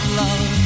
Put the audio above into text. love